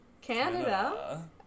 Canada